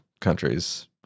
countries